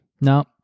No